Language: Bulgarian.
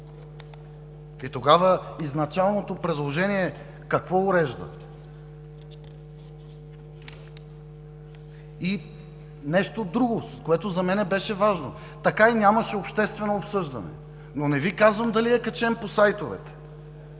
Тогава изначалното предложение какво урежда?! Нещо друго, което за мен беше важно: така и нямаше обществено обсъждане. Не Ви казвам дали е качен по сайтовете,